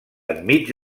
enmig